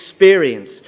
experience